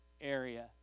area